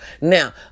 Now